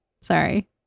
Sorry